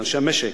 לאנשי המשק,